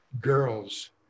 girls